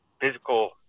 physical